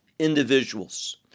individuals